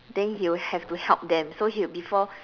then he will have to help them so he will before